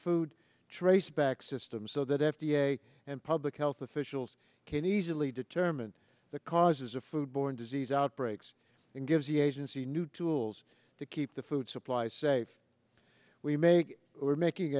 food traceback system so that f d a and public health officials can easily determine the causes of food borne disease outbreaks and gives the agency new tools to keep the food supply safe we make we're making